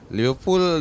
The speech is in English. Liverpool